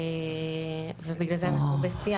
ובגלל זה אנחנו בשיח.